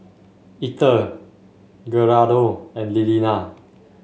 Ether Gerardo and Liliana